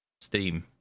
Steam